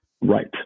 Right